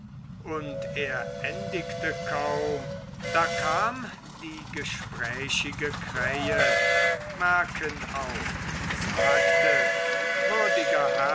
und er endigte kaum da kam die gesprächige krähe merkenau sagte würdiger